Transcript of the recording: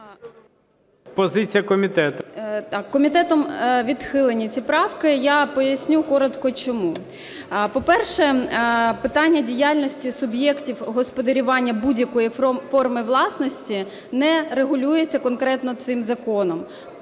комітетом відхилені ці правки, я поясню коротко чому. По-перше, питання діяльності суб'єктів господарювання будь-якої форми власності не регулюється конкретно цим законом.